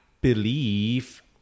believe